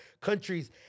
countries